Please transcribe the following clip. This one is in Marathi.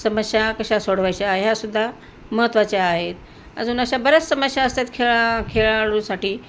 समस्या कशा सोडवायच्या ह्या सुद्धा महत्त्वाच्या आहेत अजून अशा बऱ्याच समस्या असतात खेळा खेळाडूसाठी